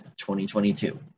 2022